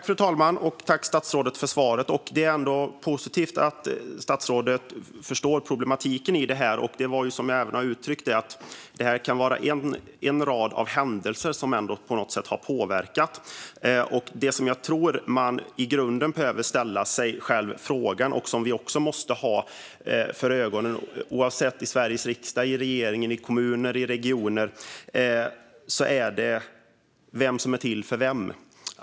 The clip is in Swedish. Fru talman! Tack, statsrådet, för svaret! Det är positivt att statsrådet förstår problematiken i detta. Det kan, som jag har uttryckt det, vara en rad av händelser som har påverkat detta. Jag tror att man i grunden behöver ställa sig själv en fråga. Det är en fråga som vi måste ha för ögonen oavsett om vi är i Sveriges riksdag, i regeringen, i kommuner eller i regioner: Vem är till för vem?